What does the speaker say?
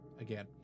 Again